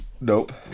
Nope